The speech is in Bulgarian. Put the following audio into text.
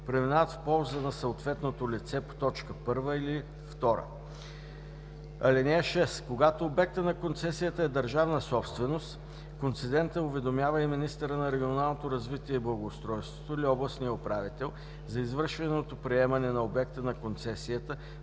преминават в полза на съответното лице по т. 1 или 2. (6) Когато обектът на концесията е държавна собственост, концедентът уведомява и министъра на регионалното развитие и благоустройството или областния управител за извършеното приемане на обекта на концесията